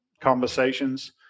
conversations